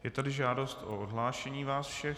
Je tady žádost o odhlášení vás všech.